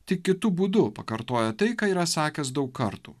tik kitu būdu pakartojo tai ką yra sakęs daug kartų